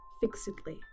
fixedly